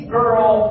girl